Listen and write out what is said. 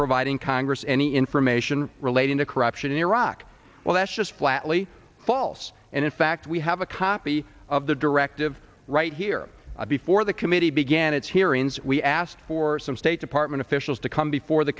providing congress any information relating to corruption in iraq well that's just flatly false and in fact we have a copy of the directive right here before the committee began its hearings we asked for some state department officials to come before the